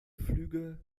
flüge